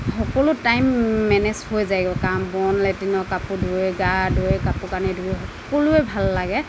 সকলো time manage হৈ যায়গৈ কাম বন লেট্ৰিনৰ কাপোৰ ধুই গা ধুই কাপোৰ কানি ধুই সকলোৱে ভাল লাগে